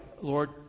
Lord